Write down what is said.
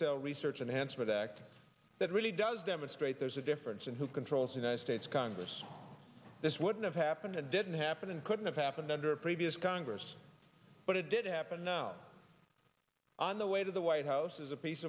cell research and answer the act that really does demonstrate there's a difference in who controls united states congress this wouldn't have happened and didn't happen couldn't have happened under previous congress but it did happen now on the way to the white house is a piece